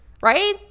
right